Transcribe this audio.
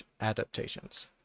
adaptations